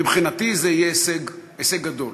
מבחינתי זה יהיה הישג, הישג גדול.